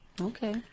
okay